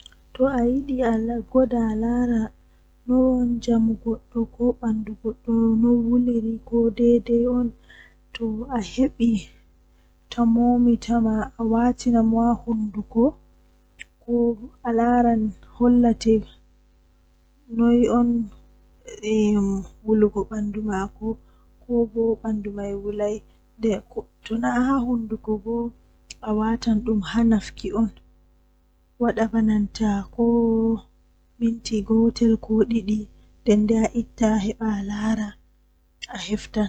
Haa nyalande midon yaaba nde temmere soo haa asaweere to hawri fuu nangan midon yaaba temerre jweedidi.